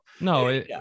No